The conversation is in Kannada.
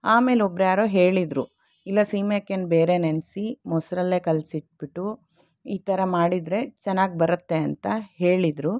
ಆಮೇಲೆ ಒಬ್ರು ಯಾರೋ ಹೇಳಿದ್ರು ಇಲ್ಲ ಸೀಮೆ ಅಕ್ಕಿನ ಬೇರೆ ನೆನೆಸಿ ಮೊಸರಲ್ಲಿ ಕಲಸಿಟ್ಬಿಟ್ಟು ಈಥರ ಮಾಡಿದ್ರೆ ಚೆನ್ನಾಗಿ ಬರುತ್ತೆ ಅಂತ ಹೇಳಿದ್ರು